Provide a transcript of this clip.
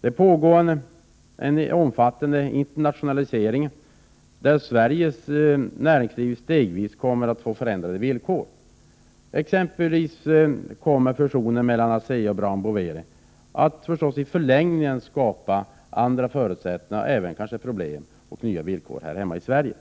Det pågår en omfattande internationalisering, och genom den kommer Sveriges näringsliv stegvis att få förändrade villkor. Fusionen mellan t.ex. ASEA och Brown Boveri kommer naturligtvis i förlängningen att skapa andra förutsättningar och även kanske problem och nya villkor här hemma i Sverige.